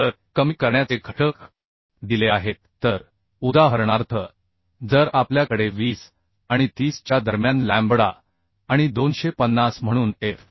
तर कमी करण्याचे घटक दिले आहेत तर उदाहरणार्थ जर आपल्याकडे 20 आणि 30 च्या दरम्यान लॅम्बडा आणि 250 म्हणून एफ